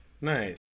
Nice